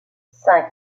cinq